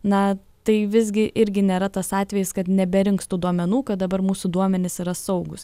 na tai visgi irgi nėra tas atvejis kad neberinks tų duomenų kad dabar mūsų duomenys yra saugūs